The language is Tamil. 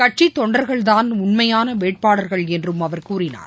கட்சித் தொண்டர்கள்தான் உண்மையானவேட்பாளர்கள் என்றும் அவர் கூறினார்